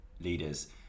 leaders